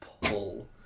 pull